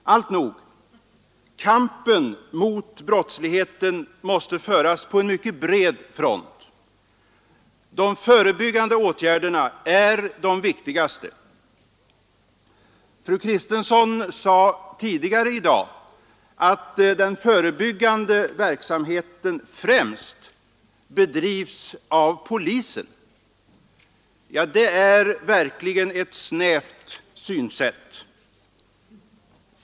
Alltnog: Kampen mot brottsligheten måste föras på en mycket bred front. De förebyggande åtgärderna är de viktigaste. Fru Kristensson sade tidigare i dag att den förebyggande verksamheten främst bedrivs av polisen. Det är verkligen ett snävt synsätt.